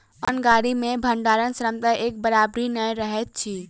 अन्न गाड़ी मे भंडारण क्षमता एक बराबरि नै रहैत अछि